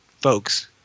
folks